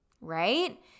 right